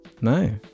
No